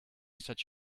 such